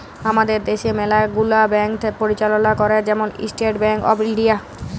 আমাদের দ্যাশে ম্যালা গুলা ব্যাংক পরিচাললা ক্যরে, যেমল ইস্টেট ব্যাংক অফ ইলডিয়া